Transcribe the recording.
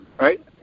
right